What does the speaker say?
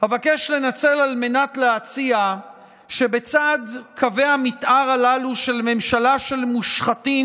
אבקש לנצל על מנת להציע שבצד קווי המתאר הללו של ממשלה של מושחתים,